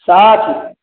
साठ